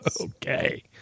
Okay